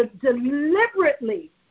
deliberately